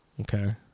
Okay